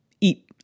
eat